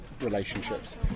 relationships